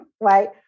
right